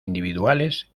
individuales